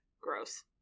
Gross